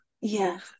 Yes